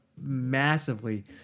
massively